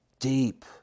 deep